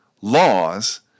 laws